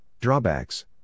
Drawbacks